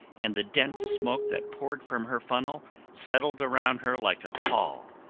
and the dense smoke that poured from her funnel settled around her like a pall,